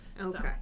Okay